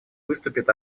выступит